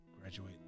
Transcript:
graduate